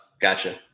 Gotcha